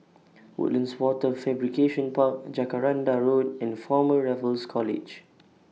Woodlands Wafer Fabrication Park Jacaranda Road and Former Raffles College